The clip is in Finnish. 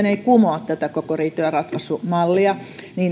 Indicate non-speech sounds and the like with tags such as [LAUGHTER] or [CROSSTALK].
[UNINTELLIGIBLE] ei kumoa tätä koko riitojenratkaisumallia